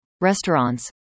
restaurants